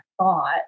thought